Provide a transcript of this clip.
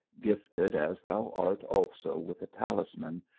gifted as thou art also with the talis man,